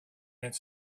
its